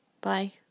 Bye